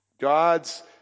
God's